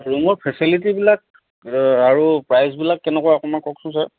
ৰুমৰ ফেচিলিটিবিলাক আৰু প্ৰাইচবিলাক কেনেকুৱা অকণমান কওকচোন ছাৰ